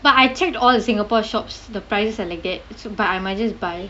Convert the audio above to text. but I check all the singapore shops the prices are like that but I might just buy